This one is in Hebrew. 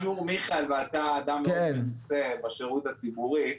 כן אבל יש אישור מיכאל ואתה אדם מאוד מנוסה בשירות הציבורי,